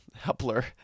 Hepler